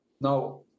Now